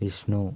Vishnu